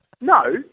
No